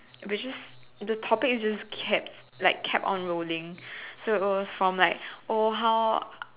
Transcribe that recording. basically the topics just kept like kept unrolling so it was from like oh how